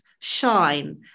shine